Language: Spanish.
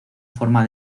forma